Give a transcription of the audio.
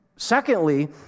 Secondly